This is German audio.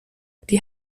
die